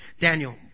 Daniel